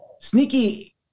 sneaky